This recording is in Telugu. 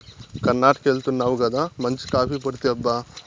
కర్ణాటకెళ్తున్నావు గదా మంచి కాఫీ పొడి తేబ్బా